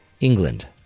England